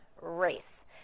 race